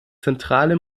zentrale